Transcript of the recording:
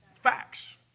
Facts